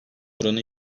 oranı